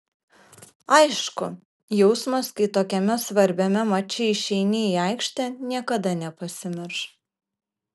aišku jausmas kai tokiame svarbiame mače išeini į aikštę niekada nepasimirš